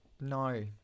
no